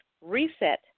reset